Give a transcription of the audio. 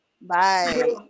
Bye